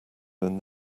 then